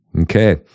Okay